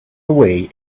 way